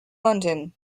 london